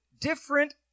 different